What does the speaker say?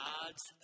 God's